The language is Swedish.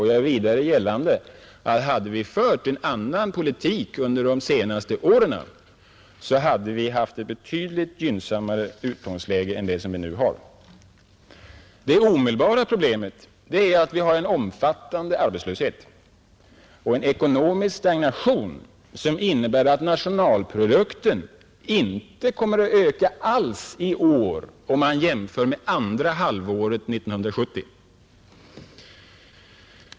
Jag gör vidare gällande att om vi hade fört en annan politik under de senaste åren, hade vi haft betydligt gynnsammare utgångsläge än vi nu har. Det omedelbara problemet är att vi har en omfattande arbetslöshet och ekonomisk stagnation, som innebär att nationalprodukten inte kommer att öka alls i år, jämfört med andra halvåret 1970.